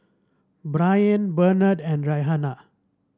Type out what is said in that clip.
Briana Benard and Rhianna